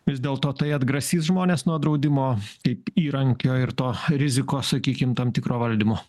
vis dėlto tai atgrasys žmones nuo draudimo kaip įrankio ir to rizikos sakykim tam tikro valdymo